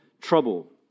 trouble